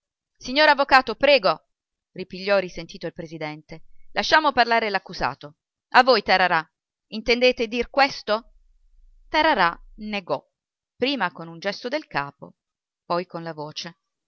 signor avvocato prego ripigliò risentito il presidente lasciamo parlare l'accusato a voi tararà intendete dir questo tararà negò prima con un gesto del capo poi con la voce